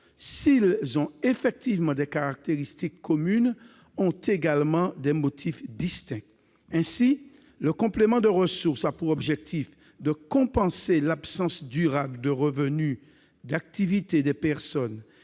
s'ils ont effectivement des caractéristiques communes, ont également des motifs distincts : le complément de ressources a pour objectif de compenser l'absence durable de revenus d'activité des personnes